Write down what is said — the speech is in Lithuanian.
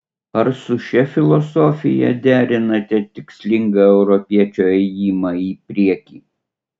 ar su šia filosofija derinate tikslingą europiečio ėjimą į priekį